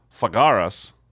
Fagaras